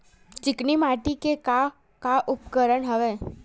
चिकनी माटी के का का उपयोग हवय?